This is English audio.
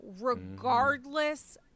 regardless